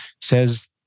says